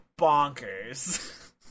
bonkers